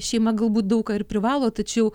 šeima gal būt daug ką ir privalo tačiau